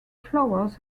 flowers